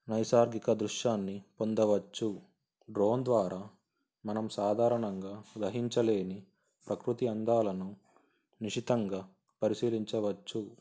నైసార్గిక దృశ్యాన్ని పొందవచ్చు డ్రోన్ ద్వారా మనం సాధారణంగా గ్రహించలేని ప్రకృతి అందాలను నిషితంగా పరిశీలించవచ్చు